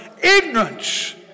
Ignorance